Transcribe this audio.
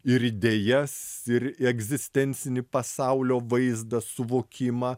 ir idėjas ir egzistencinį pasaulio vaizdą suvokimą